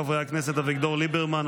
חברי הכנסת אביגדור ליברמן,